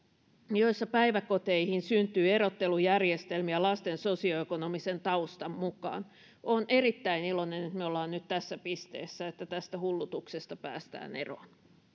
joissa päiväkoteihin syntyy erottelujärjestelmiä lasten sosioekonomisen taustan mukaan olen erittäin iloinen että me olemme nyt tässä pisteessä että tästä hullutuksesta päästään eroon